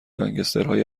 گانگسترهای